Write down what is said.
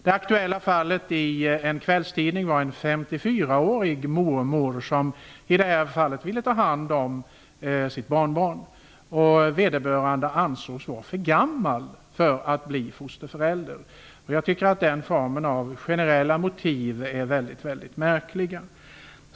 Det aktuella fallet som refererades i en kvällstidning gällde en 54-årig mormor som ville ta hand om sitt barnbarn. Vederbörande ansågs vara för gammal för att bli fosterförälder. Jag tycker att den formen av generella motiv är märkliga.